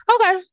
okay